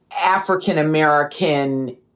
African-American